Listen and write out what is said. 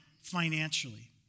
financially